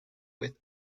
with